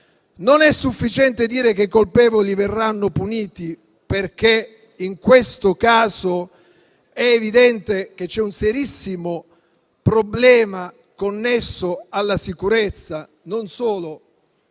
Non è sufficiente dire che i colpevoli verranno puniti, perché in questo caso è evidente che c'è un serissimo problema connesso alla sicurezza non solo